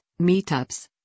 meetups